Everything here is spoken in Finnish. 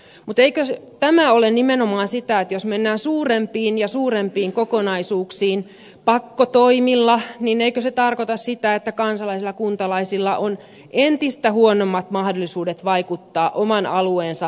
mutta eikö tämä tarkoita nimenomaan sitä että jos mennään suurempiin ja suurempiin kokonaisuuksiin pakkotoimilla niin eikö se tarkoita sitä että kansalaisilla kuntalaisilla on entistä huonommat mahdollisuudet vaikuttaa oman alueensa päätöksentekoon